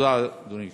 תודה, אדוני.